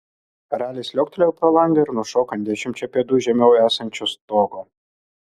ralis liuoktelėjo pro langą ir nušoko ant dešimčia pėdų žemiau esančio stogo